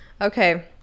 okay